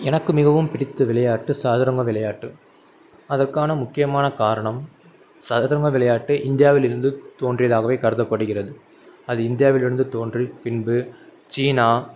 எனக்கு மிகவும் பிடித்த விளையாட்டு சதுரங்க விளையாட்டு அதற்கான முக்கியமான காரணம் சதுரங்க விளையாட்டு இந்தியாவிலிருந்து தோன்றியதாகவே கருதப்படுகிறது அது இந்தியாவில் இருந்து தோன்றி பின்பு சீனா